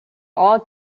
all